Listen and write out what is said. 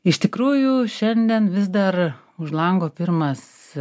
iš tikrųjų šiandien vis dar už lango pirmas